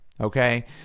okay